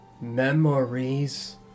memories